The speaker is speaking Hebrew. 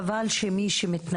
לחפש את "בעלי"